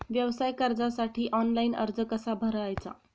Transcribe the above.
व्यवसाय कर्जासाठी ऑनलाइन अर्ज कसा भरायचा?